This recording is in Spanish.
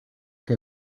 que